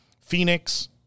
Phoenix